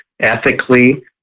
ethically